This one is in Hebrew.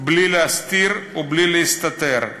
בלי להסתיר ובלי להסתתר,